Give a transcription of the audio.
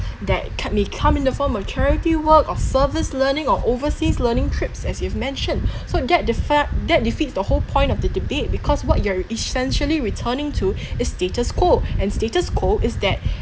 that can be come in the form of charity work of service learning or overseas learning trips as you've mentioned so that that defeats the whole point of the debate because what you're essentially returning to is status quo and status quo is that